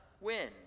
win